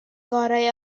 gorau